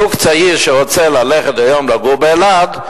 זוג צעיר שרוצה היום ללכת לגור באלעד,